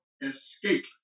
escape